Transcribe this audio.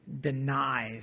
denies